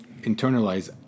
internalize